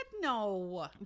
no